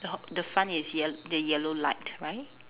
the the front is yel~ the yellow light right